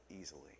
easily